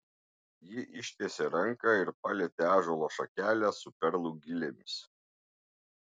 ji ištiesė ranką ir palietė ąžuolo šakelę su perlų gilėmis